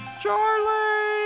Charlie